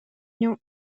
nią